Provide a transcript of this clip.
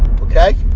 Okay